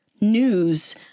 news